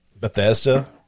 bethesda